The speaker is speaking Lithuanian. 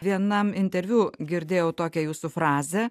vienam interviu girdėjau tokią jūsų frazę